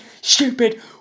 stupid